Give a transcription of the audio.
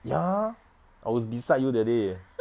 ya I was beside you that day eh